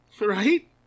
Right